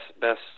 best